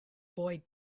boy